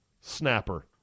snapper